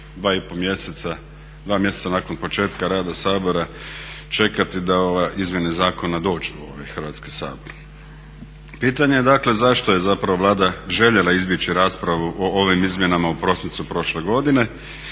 2 mjeseca nakon početka rada Sabora čekati da ove izmjene zakona dođu u ovaj Hrvatski sabor. Pitanje je dakle zašto je zapravo Vlada željela izbjeći raspravu o ovim izmjenama u prosincu prošle godine,